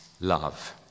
love